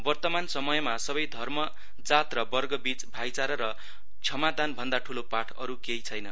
वर्तमान समयमा सबै धर्म जात र वर्गबीच भाइचार र क्षमादान भन्दा ठूलो पाठ अरू केहि छैन